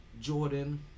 Jordan